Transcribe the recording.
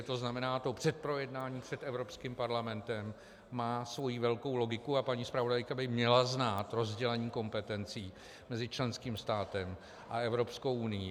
To znamená, to předprojednání před Evropským parlamentem má svoji velkou logiku, a paní zpravodajka by měla znát rozdělení kompetencí mezi členským státem a Evropskou unií.